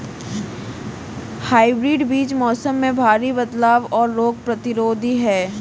hybrid बीज मौसम में भारी बदलाव और रोग प्रतिरोधी हैं